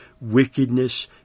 wickedness